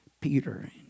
Peter